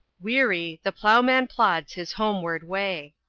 weary, the ploughman plods his homeward way.